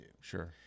Sure